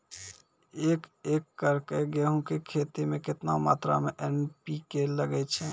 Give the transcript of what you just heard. एक एकरऽ गेहूँ के खेती मे केतना मात्रा मे एन.पी.के लगे छै?